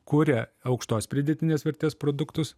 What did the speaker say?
kuria aukštos pridėtinės vertės produktus